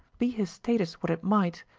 be his status what it might,